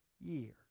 years